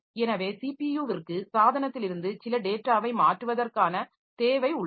எனவே ஸிபியுவிற்க்கு சாதனத்திலிருந்து சில டேட்டாவை மாற்றுவதற்கான தேவை உள்ளது